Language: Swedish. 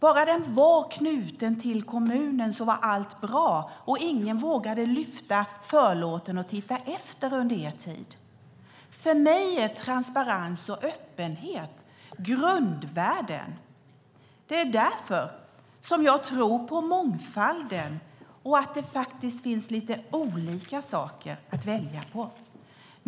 Bara vården var knuten till kommunen var allt bra, och ingen vågade lyfta förlåten och titta efter under er tid. För mig är transparens och öppenhet grundvärden. Det är därför jag tror på mångfalden och att det finns lite olika saker att välja på.